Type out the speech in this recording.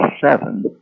seven